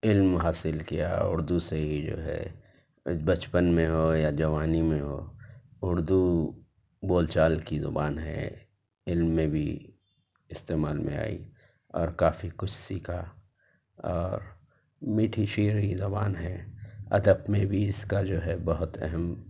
علم حاصل کیا اردو سے جو ہے بچپن میں ہو یا جوانی میں ہو اردو بول چال کی زبان ہے علم میں بھی استعمال میں آئی اور کافی کچھ سیکھا اور میٹھی شیریں زبان ہے ادب میں بھی اس کا جو ہے بہت اہم